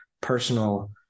personal